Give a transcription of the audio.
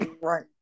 right